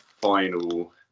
final